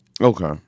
Okay